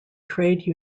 trade